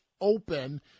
Open